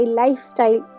lifestyle